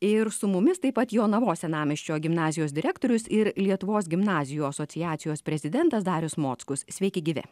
ir su mumis taip pat jonavos senamiesčio gimnazijos direktorius ir lietuvos gimnazijų asociacijos prezidentas darius mockus sveiki gyvi